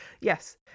yes